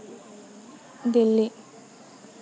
Delhi